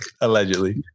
Allegedly